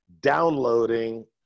downloading